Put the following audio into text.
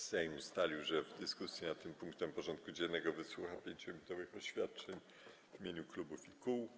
Sejm ustalił, że w dyskusji nad tym punktem porządku dziennego wysłucha 5-minutowych oświadczeń w imieniu klubów i kół.